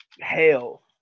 hell